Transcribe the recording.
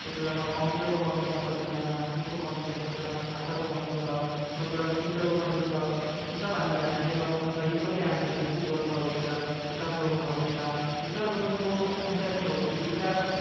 कतिवटामा कम्प्युटरको कमी छ कतिवटामा केको कमी छ कतिवटामा छात्राको कमी छ कतिवटामा टिचरको कमी छ यो सब हामी ध्यान दिँदैनौँ अन्त यो सबले हामीलाई विकसित गर्नुमा रोक्छ विकास गर्नुमा रोक्छ विकास गर्नुको अन्तर नै हो कि विकास